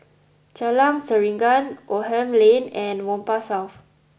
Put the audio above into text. Jalan Serengam Oldham Lane and Whampoa South